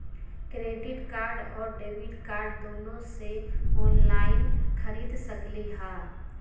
Credit card और debit card दोनों से ऑनलाइन खरीद सकली ह?